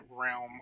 realm